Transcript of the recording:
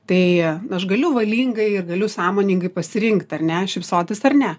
tai aš galiu valingai ir galiu sąmoningai pasirinkt ar ne šypsotis ar ne